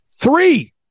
Three